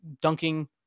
dunking